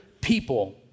people